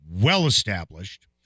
well-established